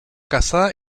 casada